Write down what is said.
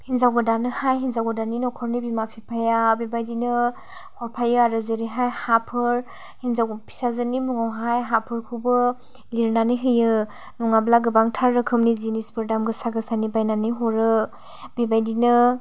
हिन्जाव गोदाननोहाय हिन्जाव गोदाननि नखरनि बिमा बिफाया बेबायदिनो हरफायो आरो जेरैहाय हाफोर हिन्जाव फिसाजोनि मुङावहाय हाफोरखौबो लिरनानै होयो नङाब्ला गोबांथार रोखोमनि जिनिसफोर दाम गोसा गोसानि बायनानै हरो बिबायदिनो